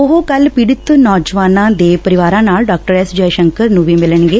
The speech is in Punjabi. ਉਹ ਕੱਲ ਪੀੜਤ ਨੌਜਵਾਨਾਂ ਦੇ ਪਰਿਵਾਰਾਂ ਨਾਲ ਡਾਕਟਰ ਐਸ ਜਯਸ਼ੰਕਰ ਨੰ ਵੀ ਮਿਲਣਗੇ